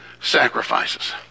sacrifices